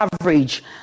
average